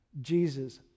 Jesus